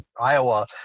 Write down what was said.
Iowa